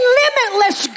limitless